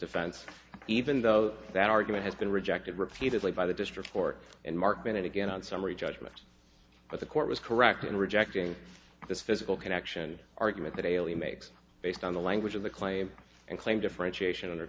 offense even though that argument has been rejected repeatedly by the district court and mark bennett again on summary judgment that the court was correct in rejecting the physical connection argument the daily makes based on the language of the claim and claim